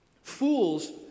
Fools